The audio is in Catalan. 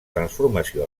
transformació